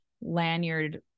lanyard